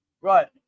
Right